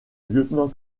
lieutenant